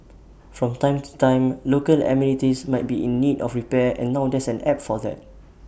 from time to time local amenities might be in need of repair and now there's an app for that